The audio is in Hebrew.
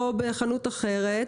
או בחנות אחרת,